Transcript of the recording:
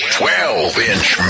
12-inch